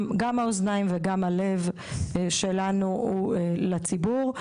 גם האוזניים וגם הלב שלנו הוא לציבור.